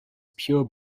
pure